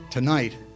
Tonight